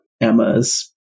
Emma's